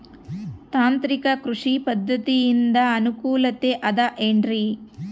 ತಾಂತ್ರಿಕ ಕೃಷಿ ಪದ್ಧತಿಯಿಂದ ಅನುಕೂಲತೆ ಅದ ಏನ್ರಿ?